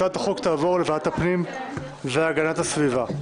הצעת החוק תעבור לוועדת הפנים והגנת הסביבה.